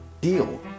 deal